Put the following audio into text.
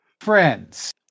friends